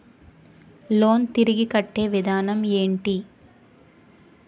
Loan తిరిగి కట్టే విధానం ఎంటి?